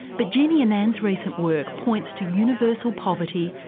but jeannie annan's recent work points to universal poverty,